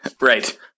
right